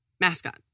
mascot